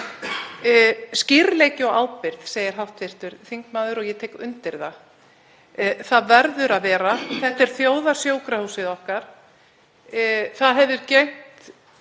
Skýrleiki og ábyrgð segir hv. þingmaður og ég tek undir það. Það verður að vera. Þetta er þjóðarsjúkrahúsið okkar. Það hefur gegnt